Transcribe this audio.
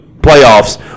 playoffs